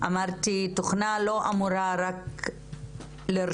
אמרתי שתוכנה לא אמורה רק לרשום,